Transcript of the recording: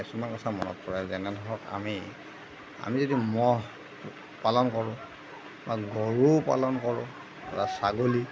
কিছুমান কথা মনত পৰে যেনে ধৰক আমি আমি যদি মহ পালন কৰোঁ বা গৰু পালন কৰোঁ আৰু ছাগলী